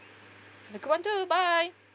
have a great one too bye